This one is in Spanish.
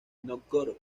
nóvgorod